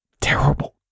terrible